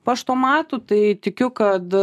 paštomatų tai tikiu kad